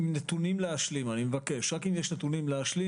רק אם יש עוד נתונים להשלים.